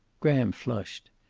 graham flushed.